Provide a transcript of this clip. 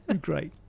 great